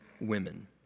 women